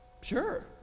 Sure